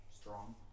Strong